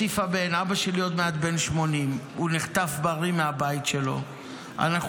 אך לצד השמחה על אות החיים במשפחתו מודאגים מאוד ממצבו: "אנו